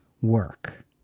work